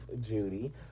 Judy